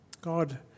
God